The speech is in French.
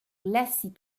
glacis